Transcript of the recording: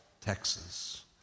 Texas